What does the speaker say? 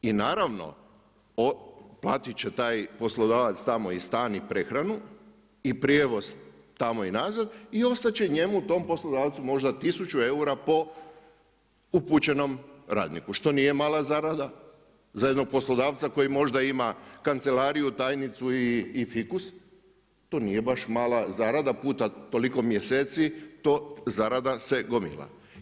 I naravno, platiti će taj poslodavac tamo i stan i prehranu i prijevoz tamo i nazad, i ostat će njemu, tom poslodavcu možda 1000 eura po upućenom radniku što nije mala zarada za jednog poslodavca, koji možda ima kancelariju, tajnicu i fikus, to nije baš mala zarada, puta toliko mjeseci, to zarada se gomila.